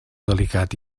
delicat